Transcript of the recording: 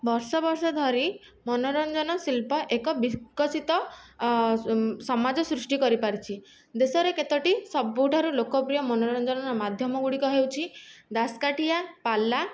ବର୍ଷ ବର୍ଷ ଧରି ମନୋରଞ୍ଜନ ଶିଳ୍ପ ଏକ ବିକଶିତ ସମାଜ ସୃଷ୍ଟି କରିପାରିଛି ଦେଶରେ କେତୋଟି ସବୁଠାରୁ ଲୋକପ୍ରିୟ ମନୋରଞ୍ଜନର ମାଧ୍ୟମ ଗୁଡ଼ିକ ହେଉଛି ଦାସକାଠିଆ ପାଲା